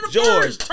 George